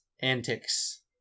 antics